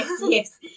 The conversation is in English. yes